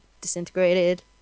disintegrated